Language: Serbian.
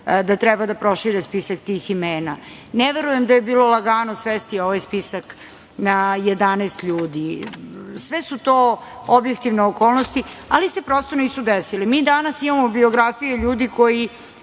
da treba da prošire spisak tih imena, ne verujem, da je bilo lagano svesti ovaj spisak na 11 ljudi, sve su to objektivne okolnosti, ali se prosto nisu desile. Mi danas imamo biografije ljudi koji